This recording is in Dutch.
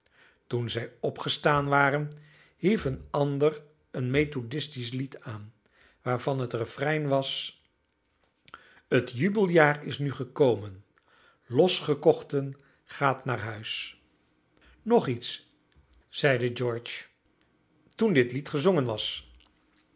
toen zij opgestaan waren hief een ander een methodistisch lied aan waarvan het refrein was t jubeljaar is nu gekomen losgekochten gaat naar huis nog iets zeide george toen dit lied gezongen was